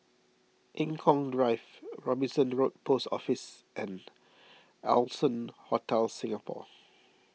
Eng Kong Drive Robinson Road Post Office and Allson Hotel Singapore